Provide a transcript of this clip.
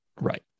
Right